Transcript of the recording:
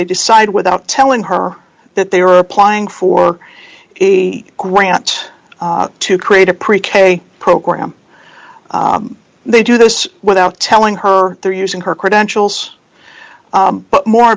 they decide without telling her that they are applying for a grant to create a pre k program they do this without telling her they're using her credentials but more